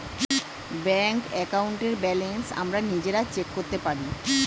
bank অ্যাকাউন্টের balance আমরা নিজেরা চেক করতে পারি